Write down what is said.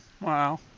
Wow